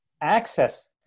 access